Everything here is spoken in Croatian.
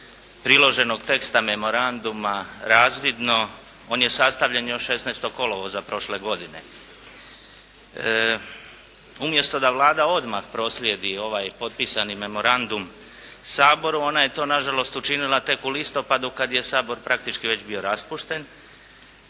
priloženog teksta memoranduma razvidno on je sastavljen još 16. kolovoza prošle godine. Umjesto da Vlada odmah proslijedi ovaj potpisani memorandum Saboru ona je to na žalost učinila tek u listopadu kad je Sabor praktički već bio raspušten